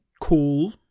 cool